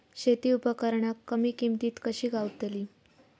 शेती उपकरणा कमी किमतीत कशी गावतली?